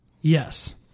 Yes